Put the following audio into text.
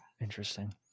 Interesting